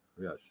Yes